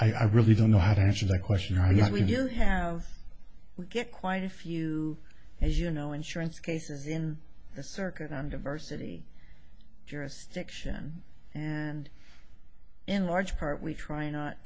i really don't know how to answer that question are you here have to get quite a few as you know insurance cases in the circuit i'm diversity jurisdiction and in large part we try not